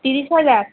তিরিশ হাজার